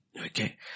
Okay